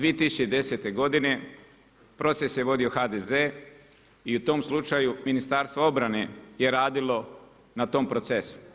2010. godine proces je vodio HDZ i u tom slučaju Ministarstvo obrane je radilo na tom procesu.